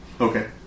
Okay